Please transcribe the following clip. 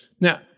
Now